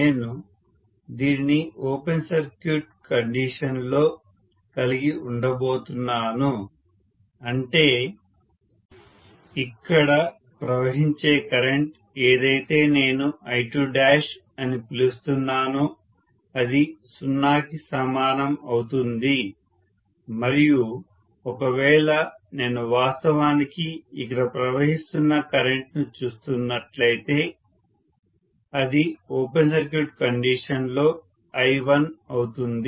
నేను దీనిని open circuit కండిషన్లో కలిగి ఉండబోతున్నాను అంటే ఇక్కడ ప్రవహించే కరెంట్ ఏదైతే నేను I2 అని పిలుస్తున్నానో అది సున్నాకి సమానం అవుతుంది మరియు ఒకవేళ నేను వాస్తవానికి ఇక్కడ ప్రవహిస్తున్న కరెంట్ను చూస్తున్నట్లయితే అది ఓపెన్ సర్క్యూట్ కండిషన్ లో I1అవుతుంది